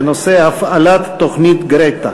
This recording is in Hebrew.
בנושא: הפעלת תוכנית גְרֶיטָה.